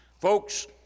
Folks